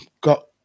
got